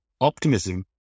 Optimism